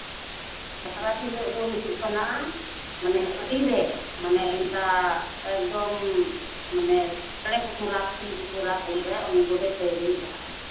ᱥᱟᱠᱨᱟᱛ ᱦᱤᱞᱳᱜ ᱫᱚ ᱦᱩᱭᱩᱜ ᱠᱟᱱᱟ ᱢᱟᱱᱮ ᱟᱹᱰᱤᱨᱮ ᱢᱟᱱᱮ ᱤᱱᱠᱟ ᱮᱠᱫᱚᱢ ᱢᱟᱱᱮ ᱪᱮᱬᱮ ᱠᱚᱠᱚ ᱨᱟᱜᱽ ᱥᱤᱢ ᱠᱚᱠᱚ ᱨᱟᱜᱽ ᱩᱱᱨᱮ ᱩᱱᱤ ᱜᱳᱰᱮᱛ ᱫᱚᱭ ᱵᱮᱨᱮᱫ ᱞᱟᱦᱟᱜᱼᱟ